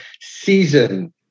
season